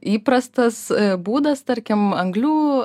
įprastas būdas tarkim anglių